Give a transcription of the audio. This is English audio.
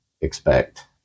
expect